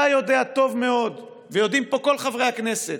אתה יודע טוב מאוד, ויודעים פה כל חברי הכנסת,